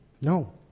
No